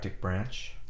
branch